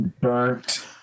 burnt